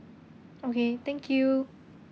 okay thank you